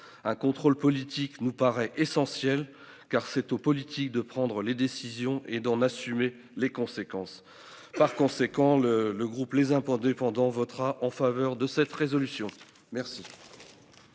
un contrôle politique nous paraît essentiel car c'est aux politiques de prendre les décisions et d'en assumer les conséquences. Par conséquent le le groupe les impôts dépendant votera en faveur de cette résolution. Merci.